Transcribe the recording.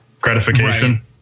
gratification